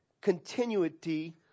continuity